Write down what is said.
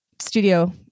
Studio